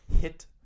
hit